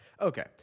Okay